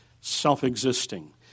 self-existing